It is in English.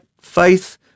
faith